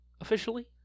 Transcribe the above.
Officially